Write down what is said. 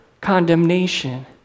condemnation